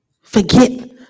Forget